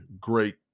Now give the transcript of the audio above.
great